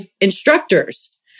instructors